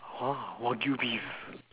!wah! wagyu beef